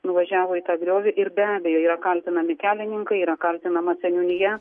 nuvažiavo į tą griovį ir be abejo yra kaltinami kelininkai yra kaltinama seniūnija